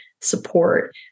support